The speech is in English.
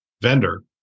vendor